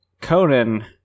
Conan